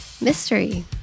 mystery